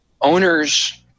Owners